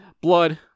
blood